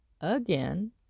again